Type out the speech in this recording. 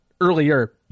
earlier